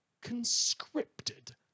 conscripted